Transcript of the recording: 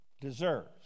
deserves